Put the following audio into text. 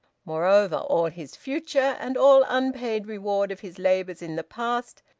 moreover, all his future, and all unpaid reward of his labours in the past,